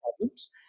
problems